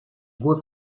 год